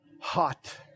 hot